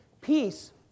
Peace